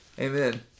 Amen